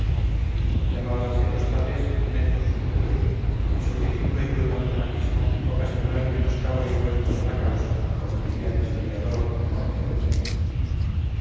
candidez llamábanse los tales netos puros y su ridículo y brutal fanatismo ocasionó elmenoscabo y vuelco de la causa como diría el historiador mor de fuentes